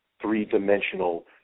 three-dimensional